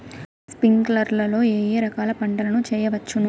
స్ప్రింక్లర్లు లో ఏ ఏ రకాల పంటల ను చేయవచ్చును?